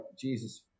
jesus